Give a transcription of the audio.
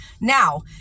Now